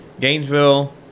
Gainesville